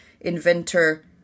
inventor